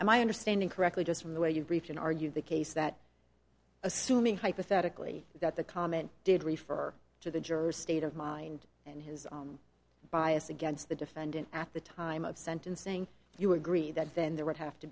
and my understanding correctly just from the way you can argue the case that assuming hypothetically that the comment did refer to the jurors state of mind and his bias against the defendant at the time of sentencing you agree that then there would have to